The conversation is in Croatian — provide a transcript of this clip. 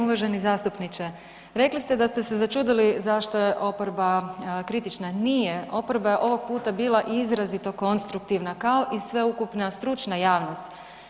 Uvaženi zastupniče rekli ste da ste se začudili zašto je oporba kritična, nije, oporba je ovog puta bila izrazito konstruktivna kao i sveukupna stručna javnost.